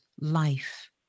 life